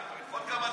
עוד כמה דקות.